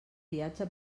viatge